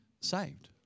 saved